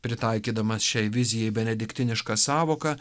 pritaikydamas šiai vizijai benediktinišką sąvoką